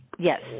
Yes